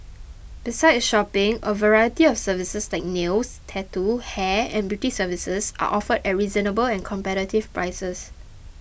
besides shopping a variety of services like nails tattoo hair and beauty services are offered at reasonable and competitive prices